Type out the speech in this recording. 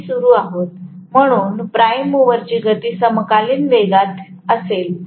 तर आपण हे सुरु आहोत म्हणून प्राइम मूवरची गती समकालीन वेगात असेल